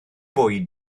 bwyd